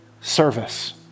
Service